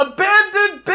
Abandoned